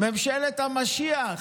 "ממשלת המשיח"